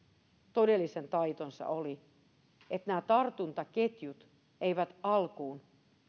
todellisen taitonsa oli se että nämä tartuntaketjut eivät alkuun